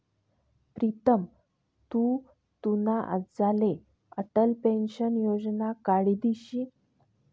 प्रीतम तु तुना आज्लाले अटल पेंशन योजना काढी दिशी